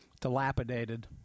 dilapidated